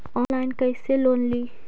Online कैसे loan ली?